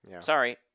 Sorry